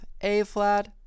A-flat